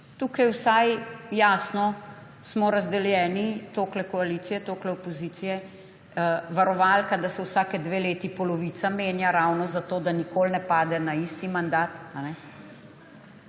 Tukaj smo vsaj jasno razdeljeni, toliko koalicije, toliko opozicije, varovalka, da se vsaki dve leti polovica menja, zato da nikoli ne pade na isti mandat.